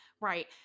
Right